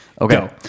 Okay